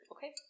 Okay